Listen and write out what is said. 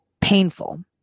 painful